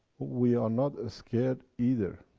we are not ah scared either.